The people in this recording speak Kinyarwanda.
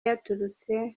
yaturutse